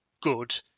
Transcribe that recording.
good